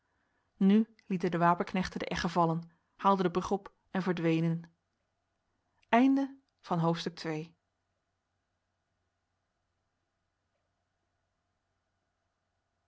nu lieten de wapenknechten de egge vallen haalden de brug op en verdwenen